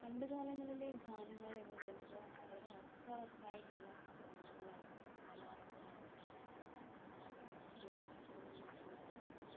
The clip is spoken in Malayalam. പണ്ട് കാലങ്ങളിലെ ഗാനങ്ങൾ എന്ന് പറയുന്നത് വളരെ അർഥവത്തായിട്ടുള്ള ഗാനങ്ങളായിരുന്നു വയലാറിൻറ്റേതാവട്ടെ രവിചന്ദ്രൻ മാഷിൻ്റെതാവട്ടെ